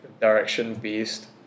direction-based